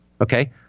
Okay